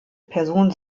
person